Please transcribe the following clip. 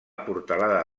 portalada